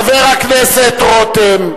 חבר הכנסת רותם.